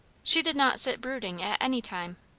she did not sit brooding at any time,